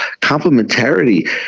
complementarity